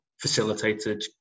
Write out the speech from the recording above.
facilitated